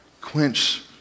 quench